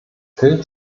gilt